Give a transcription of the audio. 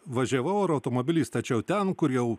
važiavau ar automobilį stačiau ten kur jau